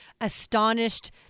astonished